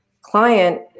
client